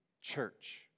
church